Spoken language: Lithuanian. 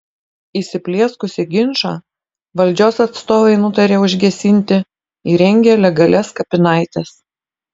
įsiplieskusį ginčą valdžios atstovai nutarė užgesinti įrengę legalias kapinaites